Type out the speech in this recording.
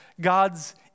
God's